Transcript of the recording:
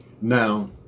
Now